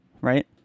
right